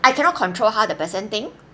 I cannot control how the person think